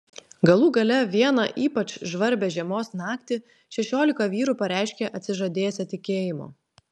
galų gale vieną ypač žvarbią žiemos naktį šešiolika vyrų pareiškė atsižadėsią tikėjimo